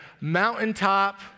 mountaintop